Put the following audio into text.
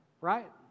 right